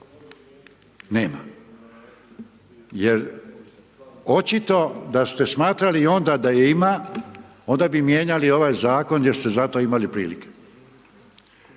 Nema, jer očito da ste smatrali onda da je ima, onda bi mijenjali ovaj Zakon jer ste za to imali prilike.